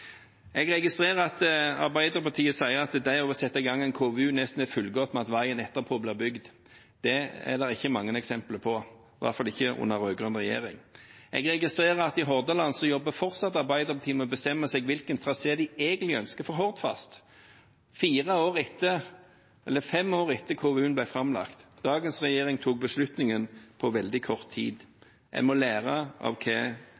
Jeg registrerer at Arbeiderpartiet sier at det å sette i gang en KVU nesten er fullgodt med at veien etterpå blir bygd. Det er det ikke mange eksempler på, i hvert fall ikke under rød-grønn regjering. Jeg registrerer at i Hordaland jobber fortsatt Arbeiderpartiet med å bestemme seg for hvilken trasé de egentlig ønsker for Hordfast, fem år etter KVU-en ble framlagt. Dagens regjering tok beslutningen på veldig kort tid. En må lære av hva